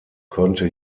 konnte